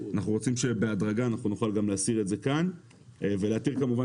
אנחנו רוצים שבהדרגה נוכל להסיר את זה כאן ולהתיר כמובן